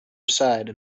aside